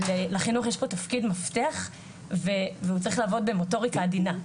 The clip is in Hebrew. ולחינוך יש פה תפקיד מפתח והוא צריך לעבוד במוטוריקה עדינה.